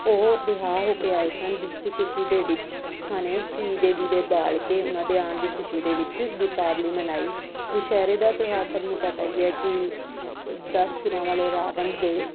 ਉਹ ਰਿਹਾਅ ਹੋ ਕੇ ਆਏ ਸਨ ਜਿਸ ਦੀ ਖੁਸ਼ੀ ਦੇ ਵਿੱਚ ਸਿੱਖਾਂ ਨੇ ਘੀ ਦੇ ਦੀਵੇ ਬਾਲ ਕੇ ਉਨ੍ਹਾਂ ਦੇ ਆਉਣ ਦੀ ਖੁਸ਼ੀ ਦੇ ਵਿੱਚ ਦੀਪਾਵਲੀ ਮਨਾਈ ਦੁਸਹਿਰੇ ਦਾ ਤਿਉਹਾਰ ਸਭ ਨੂੰ ਪਤਾ ਹੀ ਹੈ ਕਿ ਦਸ ਸਿਰਾਂ ਵਾਲੇ ਰਾਵਣ ਦੇ